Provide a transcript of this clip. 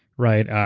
right?